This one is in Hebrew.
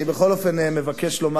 בכל אופן אני מבקש לומר,